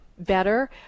better